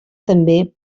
també